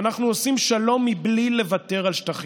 שאנחנו עושים שלום מבלי לוותר על שטחים.